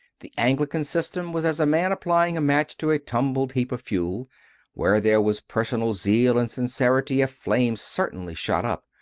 the anglican system was as a man applying a match to a tumbled heap of fuel where there was personal zeal and sincerity, a flame certainly shot up,